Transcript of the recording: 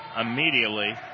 immediately